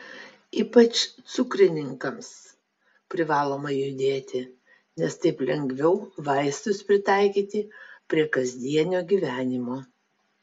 ypač cukrininkams privaloma judėti nes taip lengviau vaistus pritaikyti prie kasdienio gyvenimo